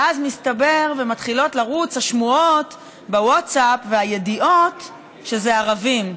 ואז מסתבר ומתחילות לרוץ השמועות בווטסאפ והידיעות שזה ערבים.